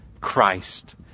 Christ